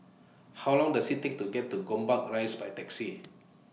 How Long Does IT Take to get to Gombak Rise By Taxi